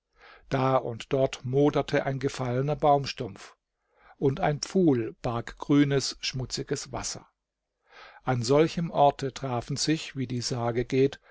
da und dort moderte ein gefallener baumstumpf und ein pfuhl barg grünes schmutziges wasser an solchem orte trafen sich wie die sage geht